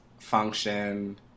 function